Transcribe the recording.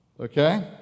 Okay